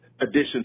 addition